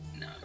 No